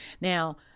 Now